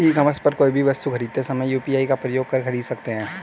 ई commerce पर कोई भी वस्तु खरीदते समय यू.पी.आई का प्रयोग कर खरीद सकते हैं